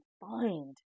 find